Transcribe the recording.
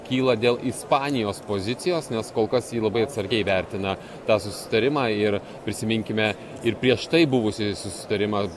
kyla dėl ispanijos pozicijos nes kol kas ji labai atsargiai vertina tą susitarimą ir prisiminkime ir prieš tai buvusį susitarimą